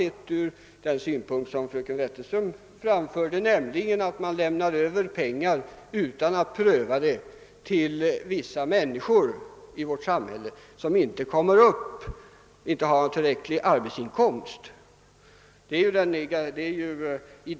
I båda fallen överlämnar man ju utan att pröva behovet pengar till vissa människor i vårt samhälle som inte har tillräckligt stor arbetsinkomst.